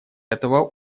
этого